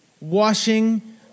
washing